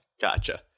Gotcha